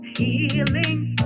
Healing